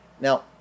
Now